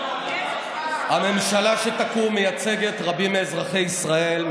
הממשלה שתקום מייצגת רבים מאזרחי ישראל,